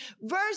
Verse